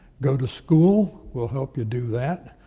go to school, we'll help you do that.